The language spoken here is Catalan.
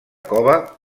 cova